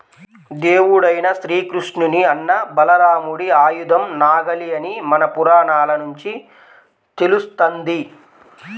దేవుడైన శ్రీకృష్ణుని అన్న బలరాముడి ఆయుధం నాగలి అని మన పురాణాల నుంచి తెలుస్తంది